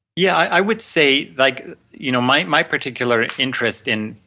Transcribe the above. yeah i would say like you know my my particular interest in,